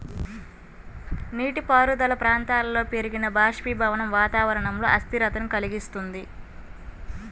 నీటిపారుదల ప్రాంతాలలో పెరిగిన బాష్పీభవనం వాతావరణంలో అస్థిరతను కలిగిస్తుంది